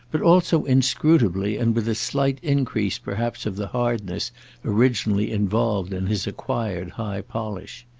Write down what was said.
but also inscrutably and with a slight increase perhaps of the hardness originally involved in his acquired high polish.